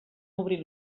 obrir